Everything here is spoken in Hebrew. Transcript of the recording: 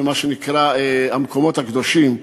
במה שנקרא המקומות הקדושים,